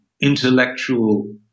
intellectual